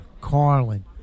Carlin